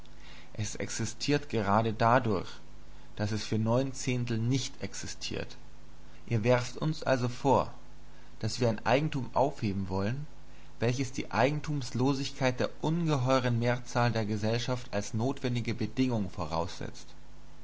es existiert gerade dadurch daß es für neun zehntel nicht existiert ihr werft uns also vor daß wir ein eigentum aufheben wollen welches die eigentumslosigkeit der ungeheuren mehrzahl der gesellschaft als notwendige bedingung voraussetzt